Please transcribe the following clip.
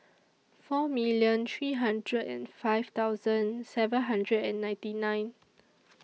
four million three hundred and five seven hundred and ninety nine